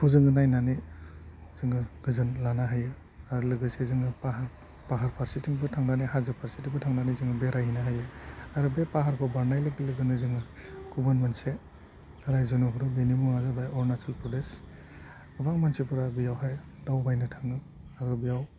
खौ जोङो नायनानै जोङो गोजोन लानो हायो आरो लोगोसे जोङो पाहार फारसेथिंबो थांनानै हाजो फारसेथिंबो थांनानै जोङो बेराय हैनो हायो आरो बे पाहारखौ बारनाय लोगो लोगोनो जोङो गुबुन मोनसे रायजो नुहरो बेनि मुङानो जाबाय अरुणाचल प्रदेश गोबां मानसिफ्रा बेयावहाय दावबायनो थाङो आरो बेयाव